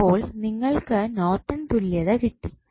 ഇപ്പോൾ നിങ്ങൾക്ക് നോർട്ടൺ തുല്യത കിട്ടി